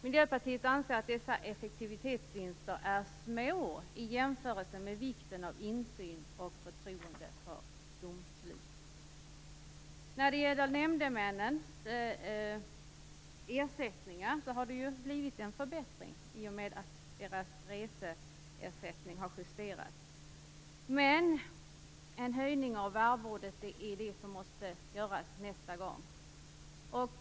Miljöpartiet anser att dessa effektivitetsvinster är små i jämförelse med vikten av insyn och förtroende för domslutet. När det gäller nämndemännens ersättningar har det skett en förbättring i och med att deras reseersättning har justerats. Men en höjning av arvodet måste ske nästa gång.